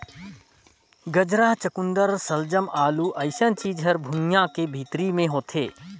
गाजरा, चकुंदर सलजम, आलू अइसन चीज हर भुइंयां के भीतरी मे होथे